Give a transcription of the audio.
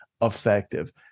effective